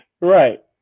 Right